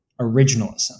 originalism